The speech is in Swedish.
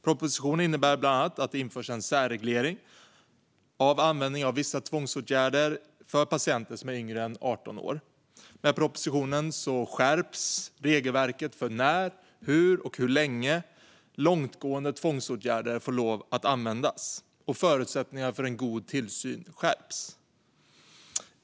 Propositionen innebär bland annat att det införs en särreglering av användningen av vissa tvångsåtgärder för patienter som är yngre än 18 år. Med propositionen skärps regelverket för när, hur och hur länge långtgående tvångsåtgärder får användas. Och förutsättningarna för en god tillsyn stärks.